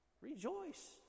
Rejoice